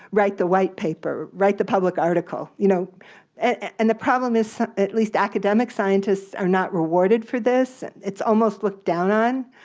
write the white paper, write the public article. you know and the problem is, at least academic scientists are not rewarded for this. it's almost looked down on.